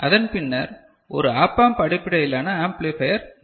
அதன் பின்னர் ஒரு ஆப் ஆம்ப் அடிப்படையிலான ஆம்ப்ளிபையர் இருக்கும்